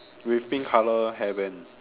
with pink color hair band